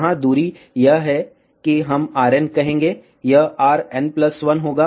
यहाँ दूरी यह है कि हम Rn कहेंगे यह Rn 1 होगा